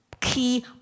key